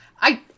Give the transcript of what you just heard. I-